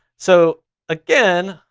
so again,